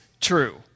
true